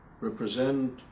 represent